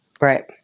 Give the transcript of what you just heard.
Right